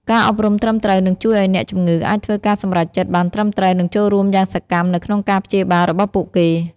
ការអប់រំត្រឹមត្រូវនឹងជួយឱ្យអ្នកជំងឺអាចធ្វើការសម្រេចចិត្តបានត្រឹមត្រូវនិងចូលរួមយ៉ាងសកម្មនៅក្នុងការព្យាបាលរបស់ពួកគេ។